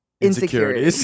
insecurities